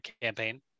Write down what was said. campaign